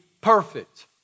perfect